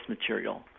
material